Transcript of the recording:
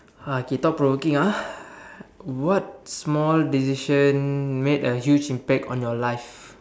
uh okay thought provoking ah what small decision made a huge impact on your life